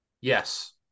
Yes